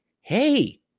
Hey